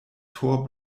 tor